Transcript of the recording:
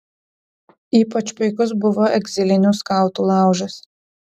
ypač puikus buvo egzilinių skautų laužas